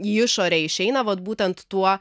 į išorę išeina vat būtent tuo